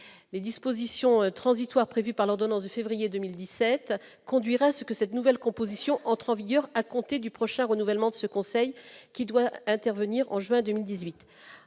les dispositions transitoires prévues par l'ordonnance de février 2017 conduire à ce que cette nouvelle composition entre en vigueur à compter du prochain renouvellement de ce conseil qui doit intervenir en juin 2018